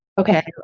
Okay